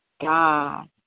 God